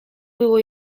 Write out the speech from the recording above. było